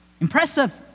impressive